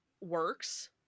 works